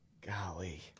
golly